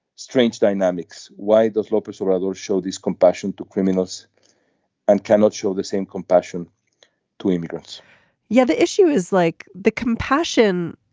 strange dynamics. why does lopez rather show this compassion to criminals and cannot show the same compassion to immigrants yeah the issue is like the compassion.